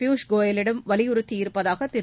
பியஷ் கோயலிடமும் வலியுறுத்தியிருப்பதாக திரு